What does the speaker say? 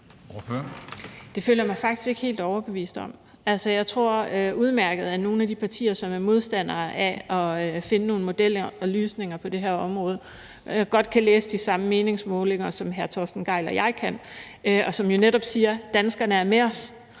Det føler jeg mig faktisk ikke helt overbevist om. Altså, jeg tror udmærket godt, at nogle af de partier, som er modstandere af at finde nogle modeller og løsninger på det her område, kan læse de samme meningsmålinger, som hr. Torsten Gejl og jeg kan, og som jo netop siger, at danskerne er med os.